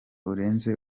urenze